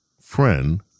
friend